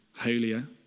holier